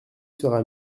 sera